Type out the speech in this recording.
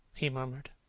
he faltered.